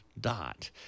dot